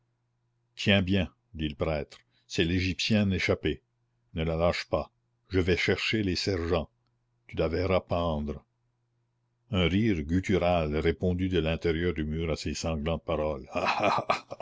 tiens bien dit le prêtre c'est l'égyptienne échappée ne la lâche pas je vais chercher les sergents tu la verras pendre un rire guttural répondit de l'intérieur du mur à ces sanglantes paroles